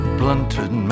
blunted